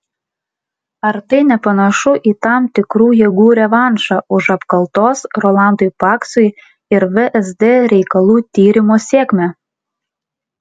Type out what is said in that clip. ar tai nepanašu į tam tikrų jėgų revanšą už apkaltos rolandui paksui ir vsd reikalų tyrimo sėkmę